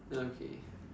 okay